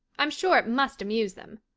i'm sure it must amuse them.